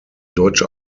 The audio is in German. deutsche